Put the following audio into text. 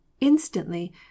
Instantly